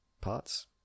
parts